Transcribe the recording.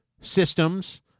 systems